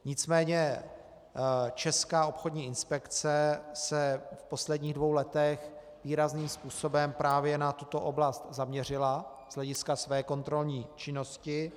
Nicméně Česká obchodní inspekce se v posledních dvou letech výrazným způsobem právě na tuto oblast zaměřila z hlediska své kontrolní činnosti.